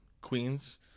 Queens